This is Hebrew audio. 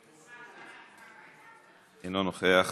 אינו נוכח,